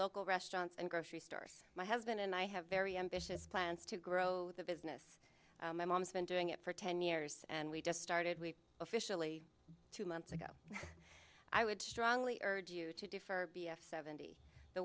local restaurants and grocery stores my husband and i have very ambitious plans to grow the business my mom's been doing it for ten years and we just started we officially two months ago i would strongly urge you to do for b f seventy the